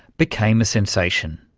became a sensation,